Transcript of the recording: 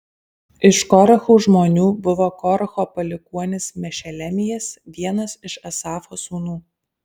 iš korachų žmonių buvo koracho palikuonis mešelemijas vienas iš asafo sūnų